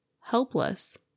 helpless